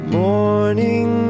morning